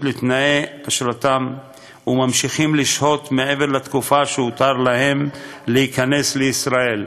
לתנאי אשרתם וממשיכים לשהות מעבר לתקופה שהותר להם להיכנס לישראל.